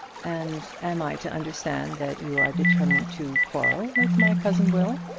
and am i to understand that you are determined to quarrel with my cousin will?